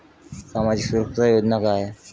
सामाजिक सुरक्षा योजना क्या है?